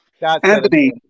Anthony